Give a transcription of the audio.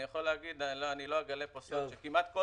אני לא אגלה כאן סוד כשאומר שכמעט כל